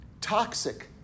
toxic